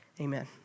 Amen